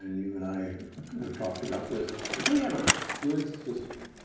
and you and i have talked about this, if we have a good system,